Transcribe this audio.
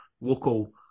local